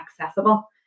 accessible